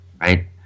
Right